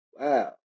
Wow